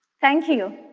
thank you.